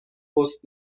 پست